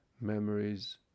memories